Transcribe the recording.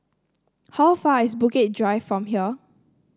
how far is Bukit Drive from here